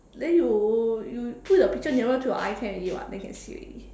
then you you put the picture nearer to your eye can already [what] then can see already